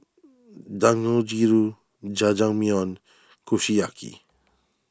Dangojiru Jajangmyeon Kushiyaki